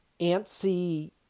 antsy